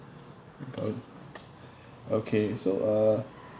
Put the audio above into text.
o~ okay so uh